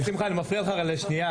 שמחה, אני מפריע לך לשנייה.